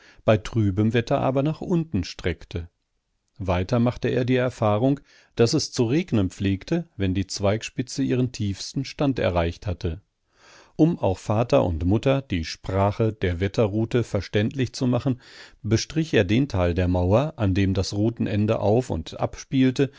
bei trübem wetter aber nach unten streckte weiter machte er die erfahrung daß es zu regnen pflegte wenn die zweigspitze ihren tiefsten stand erreicht hatte um auch vater und mutter die sprache der wetterrute verständlich zu machen bestrich er den teil der mauer an dem das rutenende auf und ab